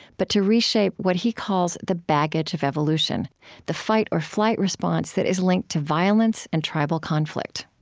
but to reshape what he calls the baggage of evolution the fight-or-flight response that is linked to violence and tribal conflict